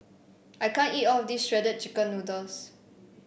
I can't eat all of this Shredded Chicken Noodles